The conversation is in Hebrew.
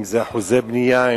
אם זה אחוזי בנייה,